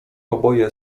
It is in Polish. oboje